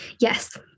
Yes